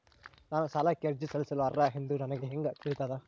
ನಾನು ಸಾಲಕ್ಕೆ ಅರ್ಜಿ ಸಲ್ಲಿಸಲು ಅರ್ಹ ಎಂದು ನನಗೆ ಹೆಂಗ್ ತಿಳಿತದ?